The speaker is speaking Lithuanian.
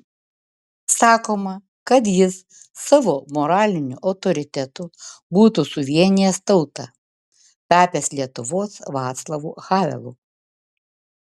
sakoma kad jis savo moraliniu autoritetu būtų suvienijęs tautą tapęs lietuvos vaclavu havelu